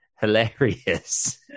hilarious